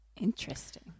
Interesting